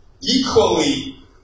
Equally